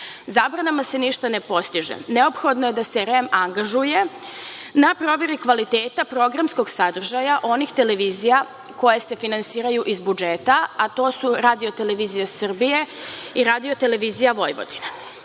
Srbije. Zabranama se ništa ne postiže. Neophodno je da se REM angažuje na proveri kvaliteta programskog sadržaja onih televizija koje se finansiraju iz budžeta, a to su Radio-televizija Srbije i Radio-televizija Vojvodine. Premijer